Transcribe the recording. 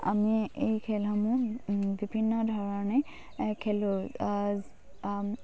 আমি এই খেলসমূহ বিভিন্ন ধৰণে খেলোঁ